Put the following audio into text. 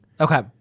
Okay